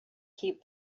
keep